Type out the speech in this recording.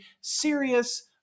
serious